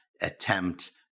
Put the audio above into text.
attempt